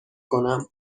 کنم